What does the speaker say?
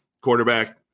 quarterback